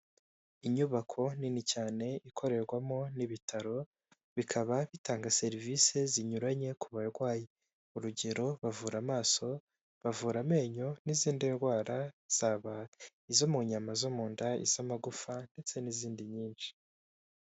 Inyubako nini cyane ikorerwamo n'ibitaro, bikaba bitanga serivise zinyuranye ku barwayi, urugero bavura: bavura amaso, bavura amenyo n'izindi ndwara, zaba izo mu nyama zo mu nda iz'amagufa ndetse n'izindi nyinshi.